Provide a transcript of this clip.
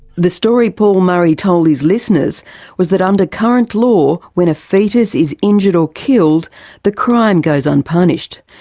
the story paul murray told his listeners was that under current law when a foetus is injured or killed the crime goes unpunished.